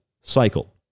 cycle